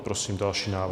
Prosím další návrh.